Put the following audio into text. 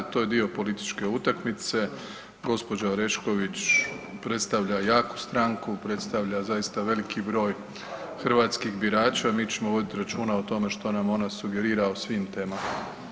To je dio političke utakmice, gđa. Orešković predstavlja jaku stranku, predstavlja zaista veliki broj hrvatskih birača, mi ćemo voditi računa o tome što nam ona sugerira o svim temama.